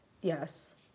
Yes